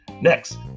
Next